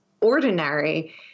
ordinary